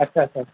आच्छा आच्छा